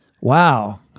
Wow